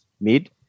mid